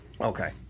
Okay